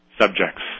subjects